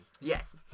Yes